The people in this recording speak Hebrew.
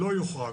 לא יוחרג.